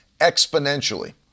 exponentially